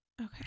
okay